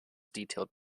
detailed